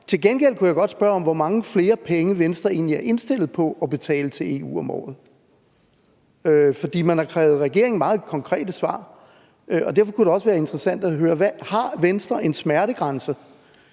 Til gengæld kunne jeg godt spørge om, hvor mange flere penge Venstre egentlig er indstillet på at betale til EU om året. For man har krævet meget konkrete svar af regeringen, og derfor kunne det også være interessant at høre: Har Venstre en smertegrænse,